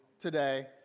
today